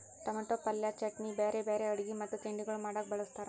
tomato ಪಲ್ಯ, ಚಟ್ನಿ, ಬ್ಯಾರೆ ಬ್ಯಾರೆ ಅಡುಗಿ ಮತ್ತ ತಿಂಡಿಗೊಳ್ ಮಾಡಾಗ್ ಬಳ್ಸತಾರ್